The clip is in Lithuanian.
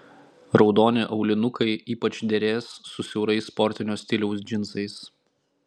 raudoni aulinukai ypač derės su siaurais sportinio stiliaus džinsais